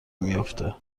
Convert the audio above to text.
میافته